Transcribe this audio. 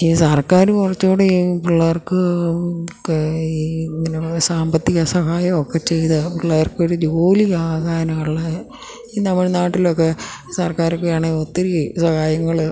ഈ സർക്കാര് കുറച്ചുകൂടി പിള്ളേർക്ക് ഈ ഇങ്ങനെയുള്ള സാമ്പത്തിക സഹായമൊക്കെ ചെയ്ത് പിള്ളേർക്കൊരു ജോലിയാകാനുള്ള ഈ തമിഴ്നാട്ടിലൊക്കെ സർക്കാരൊക്കെയാണെങ്കില് ഒത്തിരി സഹായങ്ങള്